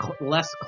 less